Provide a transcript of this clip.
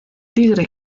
tigre